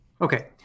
Okay